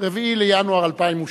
(4 בינואר 2012)